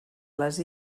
les